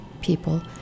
people